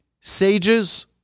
sages